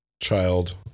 child